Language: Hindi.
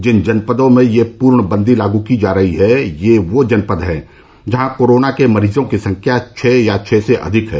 जिन जनपदों में यह पूर्ण बंदी लागू की जा रही है ये वो जनपद हैं जहां कोरोना के मरीजों की संख्या छह या छह से अधिक है